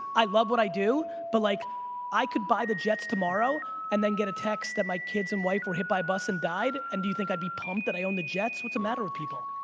i love what i do but like i could buy the jets tomorrow and then get a text that my kids and wife were hit by a bus and died and do you think i'd be pumped that i own the jets, what the matter with people?